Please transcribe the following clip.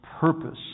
purpose